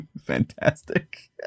Fantastic